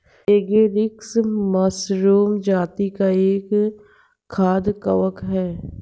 agaricus mushroom जाती का एक खाद्य कवक है